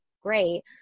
great